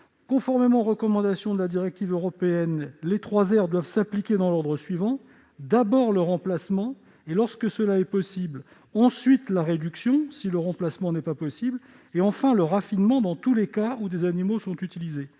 Conformément aux recommandations de la directive européenne, les « trois R » doivent s'appliquer dans l'ordre suivant : d'abord le remplacement, lorsque cela est possible, ensuite la réduction, si le remplacement n'est pas possible, enfin le raffinement, dans tous les cas où des animaux sont utilisés.